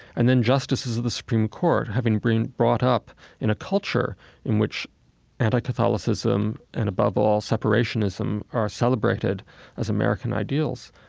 and then justices of the supreme court, having been brought up in a culture in which anti-catholicism and, above all, separationism, are celebrated as american ideals,